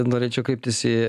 norėčiau kreiptis į